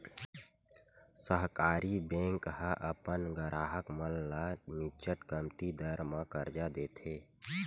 सहकारी बेंक ह अपन गराहक मन ल निच्चट कमती दर म करजा देथे